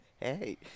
Hey